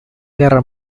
guerra